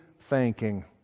thanking